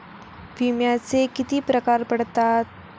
विम्याचे किती प्रकार पडतात?